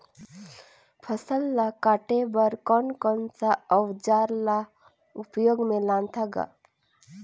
फसल ल काटे बर कौन कौन सा अउजार ल उपयोग में लानथा गा